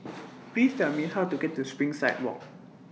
Please Tell Me How to get to Springside Walk